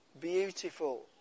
beautiful